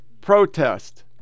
protest